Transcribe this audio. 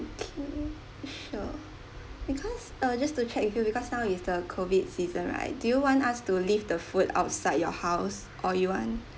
okay sure because uh just to check with you because now is the COVID season right do you want us to leave the food outside your house or you want